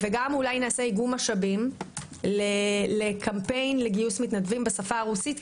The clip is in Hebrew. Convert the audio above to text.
וגם נעשה אולי איגום משאבים לקמפיין לגיוס מתנדבים בשפה הרוסית,